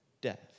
death